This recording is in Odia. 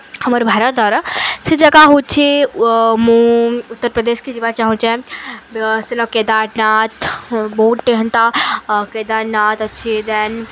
ଆମର୍ ଭାରତର ସେ ଜାଗା ହଉଛି ମୁଁ ଉତ୍ତରପ୍ରଦେଶକେ ଯିବାକେ ଚାହୁଁଚେ ସେନ କେଦାର୍ନାଥ୍ ବହୁତ୍ଟେ ହେନ୍ତା କେଦାର୍ନାଥ୍ ଅଛି ଦେନ୍